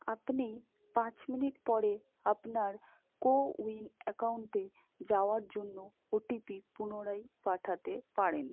আপনি পাঁচ মিনিট পরে আপনার কোউইন অ্যাকাউন্টে যাওয়ার জন্য ওটিপি পুনরায় পাঠাতে পারেন